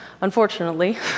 unfortunately